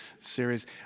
series